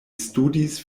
studis